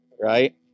right